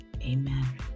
amen